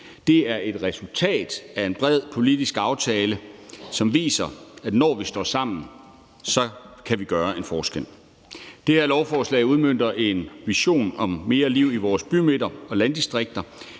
Det er et resultat af en bred politisk aftale, som viser, at når vi står sammen, kan vi gøre en forskel. Det her lovforslag udmønter en vision om mere liv i vores bymidter og landdistrikter.